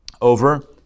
over